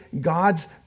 God's